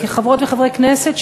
כחברות וחברי הכנסת,